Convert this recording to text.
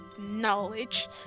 knowledge